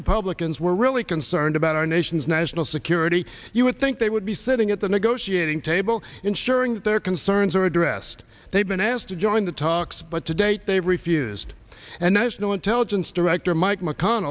republicans were really concerned about our nation's national security you would think they would be sitting at the new goshi ating table ensuring that their concerns are addressed they've been asked to join the talks but to date they've refused and national intelligence director mike mcconn